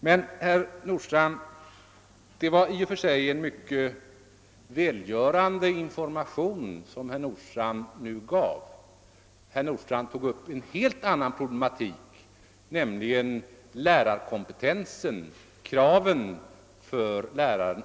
Men det var i och för sig en mycket välgörande information som herr Nordstrandh nu lämnade. Herr Nordstrandh tog upp en helt annan problematik, nämligen lärarkompetensen, kraven på läraren.